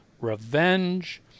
Revenge